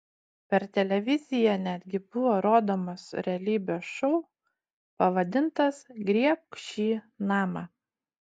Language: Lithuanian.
per televiziją netgi buvo rodomas realybės šou pavadintas griebk šį namą